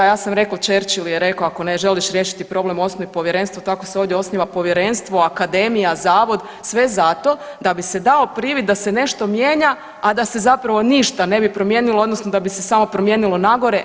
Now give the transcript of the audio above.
Ja sam rekla Churchill je rekao ako ne želiš riješiti problem osnuj povjerenstvo, tako se ovdje osniva povjerenstvo, akademija, zavod sve zato da bi se dao privid da se nešto mijenja, a da se zapravo ništa ne bi promijenilo odnosno da bi se samo promijenilo nagore.